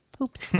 Oops